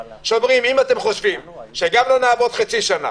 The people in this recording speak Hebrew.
שאומרים: אם אתם חושבים שגם לא נעבוד חצי שנה